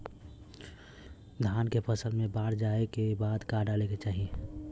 धान के फ़सल मे बाढ़ जाऐं के बाद का डाले के चाही?